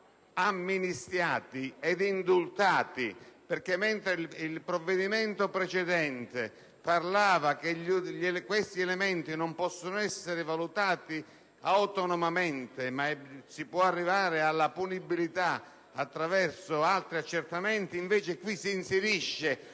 amnistiati ed indultati: infatti, mentre il provvedimento precedente stabiliva che questi elementi non possono essere valutati autonomamente, ma si può arrivare alla punibilità attraverso altri accertamenti, con il presente